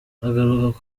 agaruka